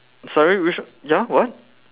sorry which one ya what